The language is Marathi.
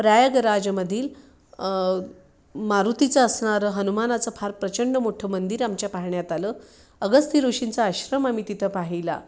प्रयागराजमधील मारुतीचं असणारं हनुमानाचं फार प्रचंड मोठं मंदिर आमच्या पाहण्यात आलं अगस्त्य ऋषींचा आश्रम आम्ही तिथं पाहिला